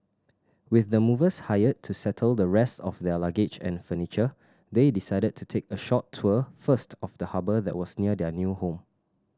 with the movers hired to settle the rest of their luggage and furniture they decided to take a short tour first of the harbour that was near their new home